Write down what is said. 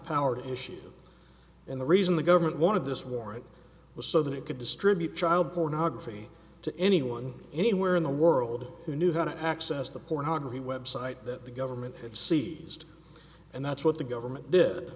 power to issue and the reason the government wanted this war it was so that it could distribute child pornography to anyone anywhere in the world who knew how to access the pornography website that the government had seized and that's what the government did